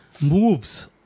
moves